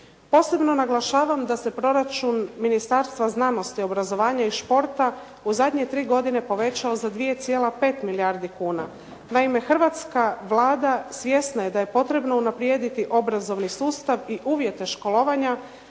Posebno naglašavam da se proračun Ministarstva znanosti, obrazovanja i športa u zadnje tri godine povećao za 2,5 milijardi kuna. Naime, hrvatska Vlada svjesna je da je potrebno unaprijediti obrazovni sustav i uvjete školovanja,